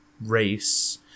race